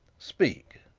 speak.